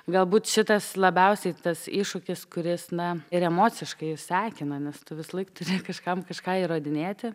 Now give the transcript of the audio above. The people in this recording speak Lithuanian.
galbūt šitas labiausiai tas iššūkis kuris na ir emociškai sekina nes tu visąlaik turi kažkam kažką įrodinėti